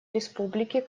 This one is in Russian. республики